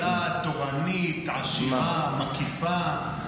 יש לו השכלה תורנית עשירה מקיפה.